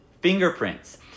fingerprints